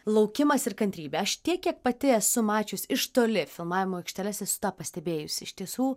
laukimas ir kantrybė aš tiek kiek pati esu mačius iš toli filmavimo aikštelės tą pastebėjus iš tiesų